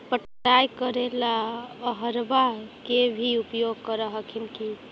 पटाय करे ला अहर्बा के भी उपयोग कर हखिन की?